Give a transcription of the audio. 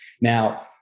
Now